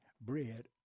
bread